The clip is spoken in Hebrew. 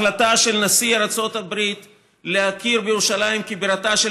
ההחלטה של נשיא ארצות הברית להכיר בירושלים כבירתה של